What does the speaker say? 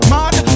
Mad